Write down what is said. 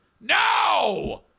No